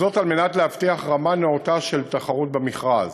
כדי להבטיח רמה נאותה של תחרות במכרז.